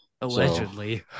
Allegedly